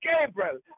Gabriel